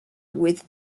with